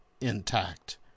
intact